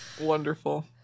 Wonderful